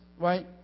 right